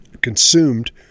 consumed